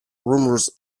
rumors